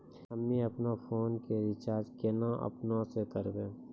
हम्मे आपनौ फोन के रीचार्ज केना आपनौ से करवै?